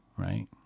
Right